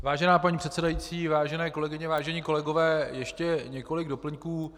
Vážená paní předsedající, vážené kolegyně, vážení kolegové, ještě několik doplňků.